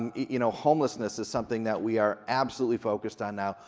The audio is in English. and you know homelessness is something that we are absolutely focused on now.